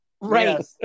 Right